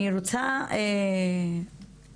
אני רוצה לתת